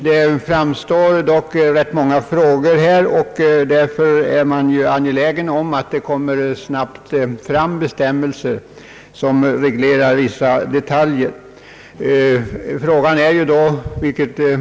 Många problem uppstår dock, och därför är det angeläget att det snabbt kommer fram bestämmelser, som reglerar vissa detaljer.